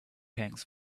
hangs